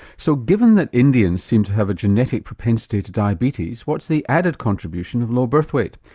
so given that indians seem to have a genetic propensity to diabetes, what's the added contribution of low birth weight?